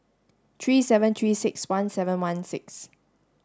three seven three six one seven one six